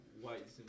white